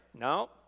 No